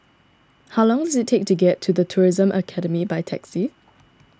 how long does it take to get to the Tourism Academy by taxi